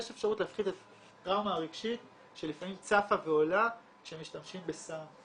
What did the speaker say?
יש אפשרות להפחית את הטראומה הרגשית שלפעמים צפה ועולה כשמשתמשים בסם.